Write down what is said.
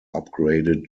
upgraded